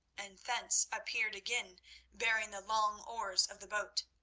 and thence appeared again bearing the long oars of the boat.